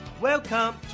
welcome